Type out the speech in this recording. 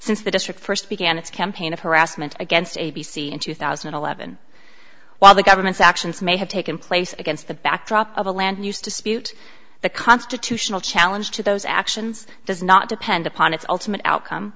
since the district first began its campaign of harassment against a b c in two thousand and eleven while the government's actions may have taken place against the backdrop of a land use dispute the constitutional challenge to those actions does not depend upon its ultimate outcome